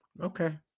okay